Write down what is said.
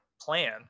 plan